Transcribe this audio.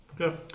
Okay